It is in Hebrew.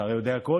אתה הרי יודע הכול.